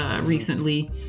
recently